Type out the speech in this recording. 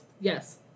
Yes